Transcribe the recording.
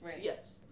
Yes